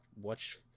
watch